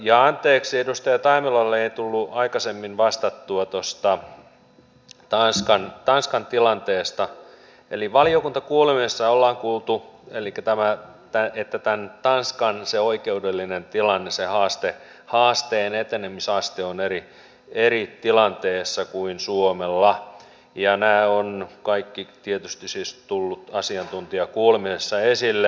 ja anteeksi edustaja taimelalle ei tullut aikaisemmin vastattua tuosta tanskan tilanteesta eli valiokuntakuulemisessa on kuultu että tanskan oikeudellinen tilanne sen haasteen etenemisaste on erilainen kuin suomella ja nämä ovat kaikki tietysti siis tulleet asiantuntijakuulemisessa esille